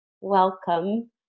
Welcome